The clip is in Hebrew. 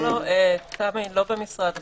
לא, תמי, לא במשרד הבריאות.